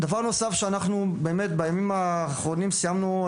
דבר נוסף שאנחנו באמת בימים האחרונים סיימנו,